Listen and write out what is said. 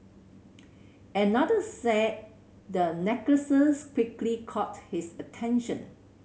another said the necklaces quickly caught his attention